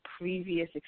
previous